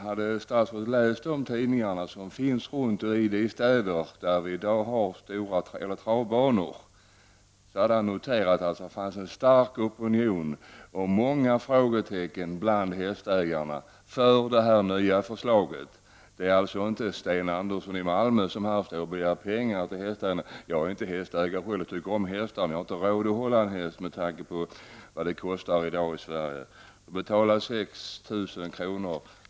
Om statsrådet hade läst tidningarna i de städer där vi i dag har travbanor, hade han kunnat notera att det finns en stark opinion och många frågetecken bland hästägarna när det gäller det nya förslaget. Det är alltså inte bara Sten Andersson i Malmö som står här och begär pengar till hästägarna. Jag är inte hästägare själv. Jag tycker om hästar, men jag har inte råd att hålla en häst med tanke på vad det kostar i dag i Sverige. Att betala 6000 kr.